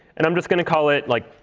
and i'm just going to call it like